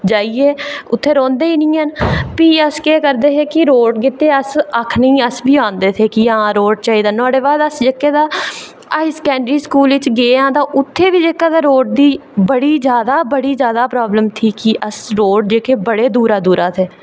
जाइयै उत्थै रौहंदे निं हैन भी अस केह् करदे हे की रोड़ गित्तै आक्खने आस्तै अस बी आंदे हे कि आं रोड़ चाहिदा नुहाड़े बाद अस जेह्के तां हाई सेकेंडरी स्कूल च गे आं ते उत्थै बी जेह्का रोड़ दी बड़ी जादा बड़ी जादा प्रॉब्लम थी अस लोग जेह्के बड़ेदूरा दूरा थे